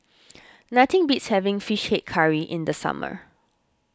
nothing beats having Fish Head Curry in the summer